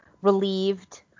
relieved